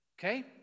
Okay